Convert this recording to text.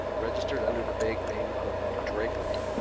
registered under the vague name of drapery.